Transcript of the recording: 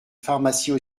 pharmacies